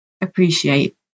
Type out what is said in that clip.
appreciate